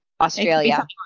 Australia